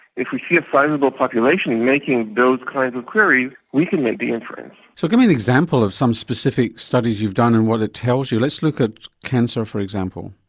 if we see a sizeable population and making those kinds of queries, we can make the inference. so give me an example of some specific studies you've done and what it tells you. let's look at cancer, for example.